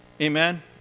Amen